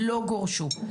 לא גורשו.